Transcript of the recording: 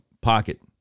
pocket